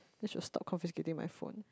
they should stop confiscating my phone